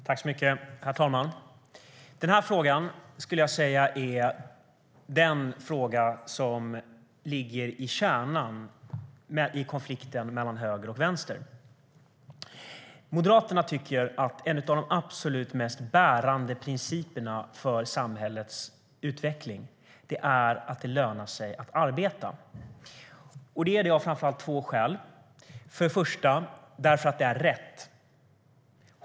Herr talman! Den här frågan är kärnan i konflikten mellan höger och vänster. Moderaterna tycker att en av de absolut mest bärande principerna för samhällets utveckling är att det ska löna sig att arbeta. Det finns framför allt två skäl till det. För det första är det rätt.